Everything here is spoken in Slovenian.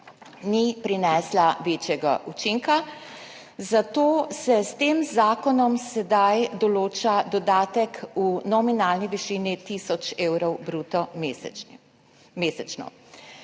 ni prinesla večjega učinka, zato se s tem zakonom sedaj določa dodatek v nominalni višini tisoč evrov bruto mesečni